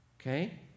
okay